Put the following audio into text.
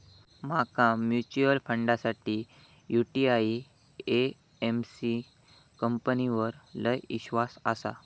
माका म्यूचुअल फंडासाठी UTI AMC कंपनीवर लय ईश्वास आसा